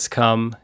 come